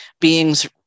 being's